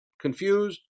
confused